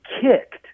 kicked